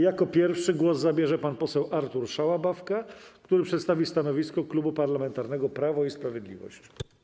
Jako pierwszy głos zabierze pan poseł Artur Szałabawka, który przedstawi stanowisko Klubu Parlamentarnego Prawo i Sprawiedliwość.